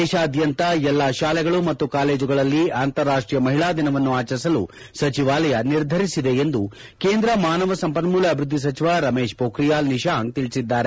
ದೇಶಾದ್ತಂತ ಎಲ್ಲ ಶಾಲೆಗಳು ಮತ್ತು ಕಾಲೇಜುಗಳಲ್ಲಿ ಅಂತಾರಾಷ್ಟೀಯ ಮಹಿಳಾ ದಿನವನ್ನು ಆಚರಿಸಲು ಸಚಿವಾಲಯ ನಿರ್ಧರಿಸಿದೆ ಎಂದು ಕೇಂದ್ರ ಮಾನವ ಸಂಪನ್ಮೂಲ ಅಭಿವೃದ್ಧಿ ಸಚಿವ ರಮೇಶ್ ಮೋಖಿಯಾಲ್ ನಿಶಾಂಕ್ ತಿಳಿಸಿದ್ದಾರೆ